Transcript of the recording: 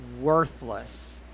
worthless